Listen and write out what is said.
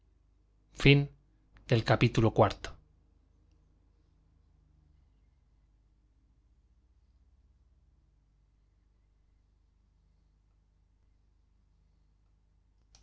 fin del cual